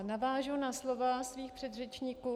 Navážu na slova svých předřečníků.